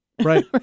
Right